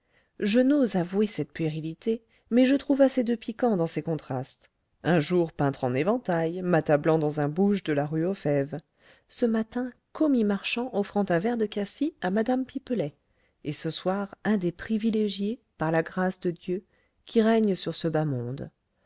je n'ose avouer cette puérilité mais je trouve assez de piquant dans ces contrastes un jour peintre en éventails m'attablant dans un bouge de la rue aux fèves ce matin commis marchand offrant un verre de cassis à mme pipelet et ce soir un des privilégiés par la grâce de dieu qui règnent sur ce bas monde